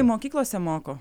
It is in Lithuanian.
mokyklose moko